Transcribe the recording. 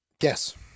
Yes